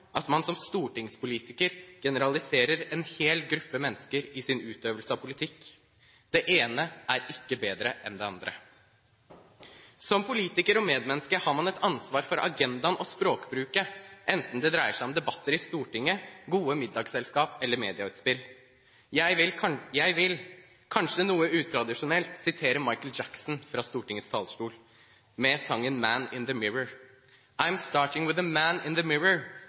at man som stortingspolitiker generaliserer en hel gruppe mennesker i sin utøvelse av politikk. Det ene er ikke bedre enn det andre. Som politiker og medmenneske har man et ansvar for agendaen og språkbruken, enten det dreier seg om debatter i Stortinget, gode middagsselskap eller medieutspill. Jeg vil, kanskje noe utradisjonelt, sitere Michael Jackson fra Stortingets talerstol – med sangen «Man In The Mirror»: «I’m Starting With The Man In